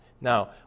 Now